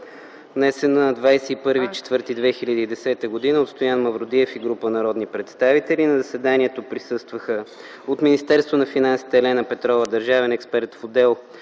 внесен на 21 април 2010 г. от Стоян Мавродиев и група народни представители. На заседанието присъстваха от Министерството на финансите: Елена Петрова – държавен експерт в отдел